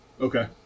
Okay